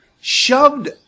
shoved